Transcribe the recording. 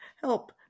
Help